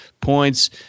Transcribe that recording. points